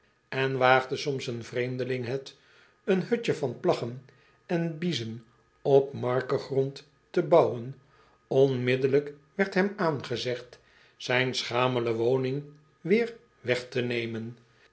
en waagde soms een vreemdeling het een hutje van plaggen en biezen op markegrond te bouwen onmiddellijk werd hem aangezegd zijn schamele woning weêr wegtenemen bij